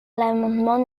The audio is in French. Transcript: l’amendement